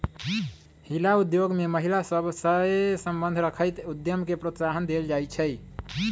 हिला उद्योग में महिला सभ सए संबंध रखैत उद्यम के प्रोत्साहन देल जाइ छइ